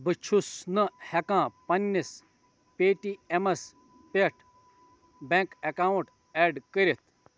بہٕ چھُس نہٕ ہٮ۪کان پنٛنِس پے ٹی اٮ۪مَس پٮ۪ٹھ بٮ۪نٛک اٮ۪کاوُنٛٹ اٮ۪ڈ کٔرِتھ